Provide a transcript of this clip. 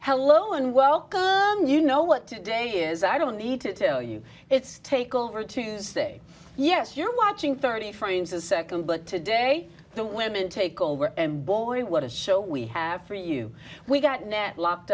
hello and welcome you know what today is i don't need to tell you it's take over to say yes you're watching thirty frames a nd but today the women take over and boy what a show we have for you we got net locked